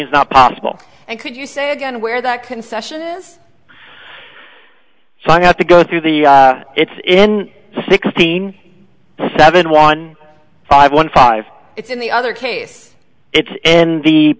is not possible and could you say again where that concession is so you have to go through the it's in sixteen seven one five one five it's in the other case it's and the